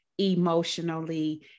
emotionally